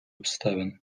обставин